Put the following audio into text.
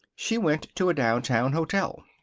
she went to a downtown hotel.